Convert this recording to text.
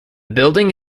building